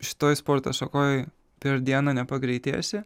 šitoj sporto šakoj per dieną nepagreitėsi